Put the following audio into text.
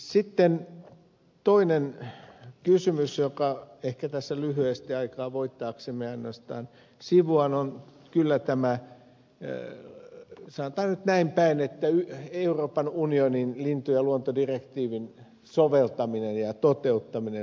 sitten toinen kysymys jota ehkä tässä lyhyesti aikaa voittaaksemme ainoastaan sivuan on kyllä tämä sanotaan nyt näinpäin euroopan unionin lintu ja luontodirektiivin soveltaminen ja toteuttaminen suomessa